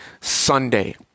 Sunday